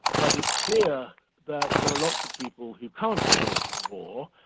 but it's clear that there are lots of people who can't get over the war.